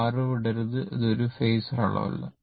അരരൌ ഇടരുത് ഇത് ഒരു ഫേസർ അളവല്ല